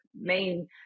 main